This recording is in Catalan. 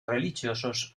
religiosos